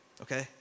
Okay